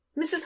Mrs